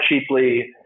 cheaply